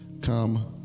come